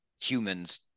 humans